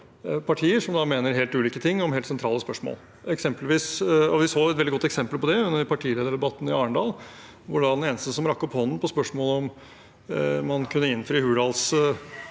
partier som mener helt ulike ting om helt sentrale spørsmål. Vi så et veldig godt eksempel på det under partilederdebatten i Arendal, hvor den eneste som rakte opp hånden på spørsmålet om man kunne innfri